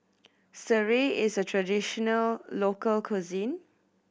sireh is a traditional local cuisine